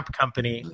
company